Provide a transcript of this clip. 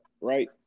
right